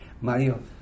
Mario